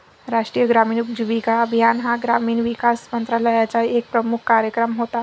राष्ट्रीय ग्रामीण उपजीविका अभियान हा ग्रामीण विकास मंत्रालयाचा एक प्रमुख कार्यक्रम होता